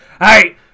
Hey